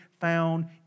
found